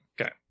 Okay